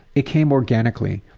it came organically.